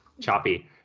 choppy